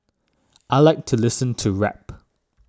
I like to listening to rap